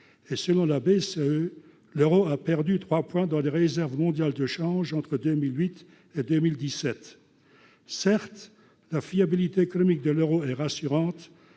selon la BCE, l'Euro a perdu 3, dans les réserves mondiales de change entre 2008 et 2017, certes la fiabilité économique de l'Euro et rassurante